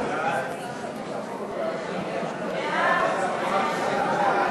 המקומיות (בחירת ראש הרשות וסגניו וכהונתם)